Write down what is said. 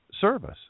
service